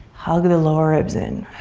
hug the low ribs in,